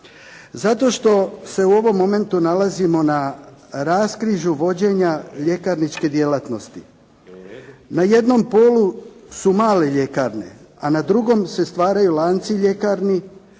Zato što se u ovom momentu nalazimo na raskrižju vođenja ljekarničke djelatnosti. Na jednom polu su male ljekarne, a na drugom se stvaraju lanci ljekarni